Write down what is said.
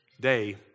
day